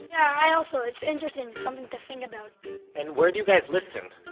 yeah i also, it's interesting. something to think about and where do you guys listen?